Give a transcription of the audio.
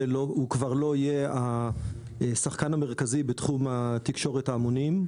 הוא כבר לא יהיה השחקן המרכזי בתחום תקשורת ההמונים,